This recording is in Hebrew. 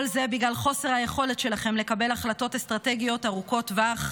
כל זה בגלל חוסר היכולת שלכם לקבל החלטות אסטרטגיות ארוכות טווח,